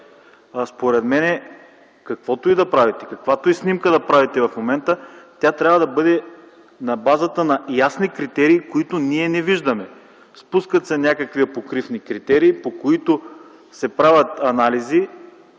Според мен каквото и да правите, каквато и снимка да правите в момента, тя трябва да бъде на базата на ясни критерии, които ние не виждаме. Спускат се някакви апокрифни критерии, по които се правят анализи,